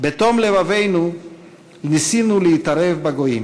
"בתום לבבנו ניסינו להתערב בגויים,